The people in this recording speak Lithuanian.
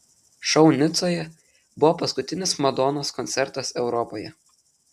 šou nicoje buvo paskutinis madonos koncertas europoje